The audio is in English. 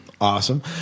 Awesome